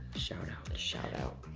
shout-out. a shout-out.